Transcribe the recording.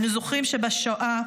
אנו זוכרים שבשואה,